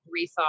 rethought